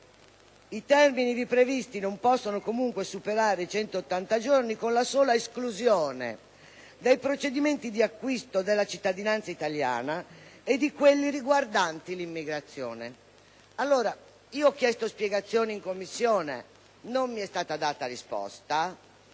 i termini ivi previsti non possono comunque superare i 180 giorni, con la sola esclusione dei procedimenti di acquisto della cittadinanza italiana e di quelli riguardanti l'immigrazione. Allora, ho chiesto spiegazioni alle Commissioni, ma non mi è stata data risposta.